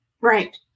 Right